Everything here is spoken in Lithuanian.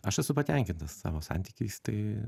aš esu patenkintas savo santykiais tai